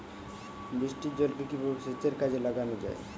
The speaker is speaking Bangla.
বৃষ্টির জলকে কিভাবে সেচের কাজে লাগানো যায়?